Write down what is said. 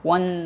One